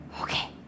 Okay